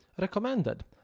recommended